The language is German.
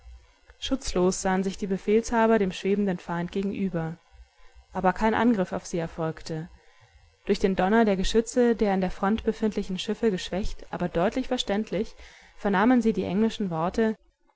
schutzlos sahen sich die befehlshaber dem schwebenden feind gegenüber aber kein angriff auf sie erfolgte durch den donner der geschütze der in der front befindlichen schiffe geschwächt aber deutlich verständlich vernahmen sie die englischen worte